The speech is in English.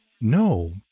No